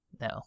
No